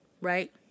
right